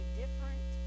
different